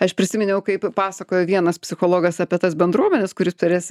aš prisiminiau kaip pasakojo vienas psichologas apie tas bendruomenes kuris turės